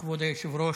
כבוד היושב-ראש,